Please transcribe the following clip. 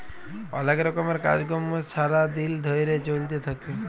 অলেক রকমের কাজ কম্ম ছারা দিল ধ্যইরে চইলতে থ্যাকে